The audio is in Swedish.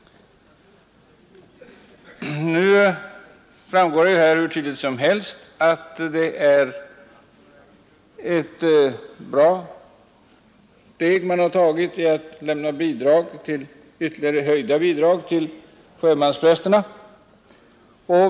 Nu framgår ju här av vad jag sagt att det är ett rätt stort steg man har tagit genom att lämna höjda bidrag till sjömansprästerna.